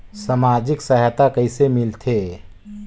समाजिक सहायता कइसे मिलथे?